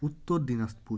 Uttar Dinajpur